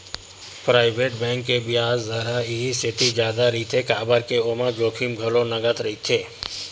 private bank के बियाज दर ह इहि सेती जादा रहिथे काबर के ओमा जोखिम घलो नँगत रहिथे